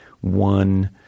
one